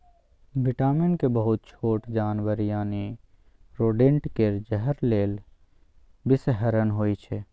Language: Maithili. बिटामिन के बहुत छोट जानबर यानी रोडेंट केर जहर लेल बिषहरण होइ छै